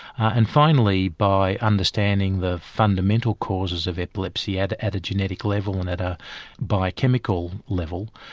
and finally by understanding the fundamental causes of epilepsy at at a genetic level and at a biochemical level,